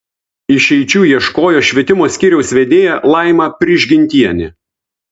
išeičių ieškojo švietimo skyriaus vedėja laima prižgintienė